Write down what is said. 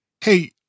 Hey